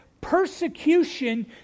persecution